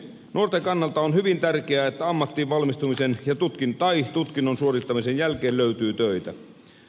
nuorten kannalta on hyvin tärkeää että ammattiin valmistumisen tai tutkinnon suorittamisen jälkeen löytyy töitä